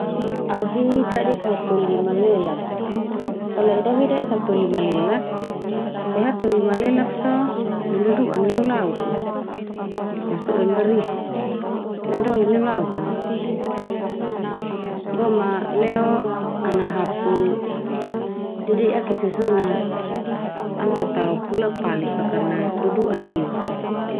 Au hi dadik hatoli malelak. Tale'e de au hi dadik hatoli malelak? Te hatoli malelak so na dudu'an na neulauk a ma sodan barisi te dodolen neulauk ka na, boma leo ana hapu dede'ak esa so na ana ta tao pula pali fa, karna dudu'an neuk na.